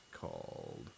called